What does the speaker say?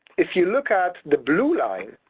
if you look at the blue line,